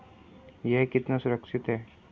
यह कितना सुरक्षित है?